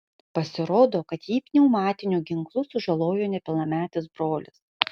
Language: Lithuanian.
pasirodo kad jį pneumatiniu ginklu sužalojo nepilnametis brolis